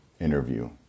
interview